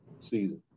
season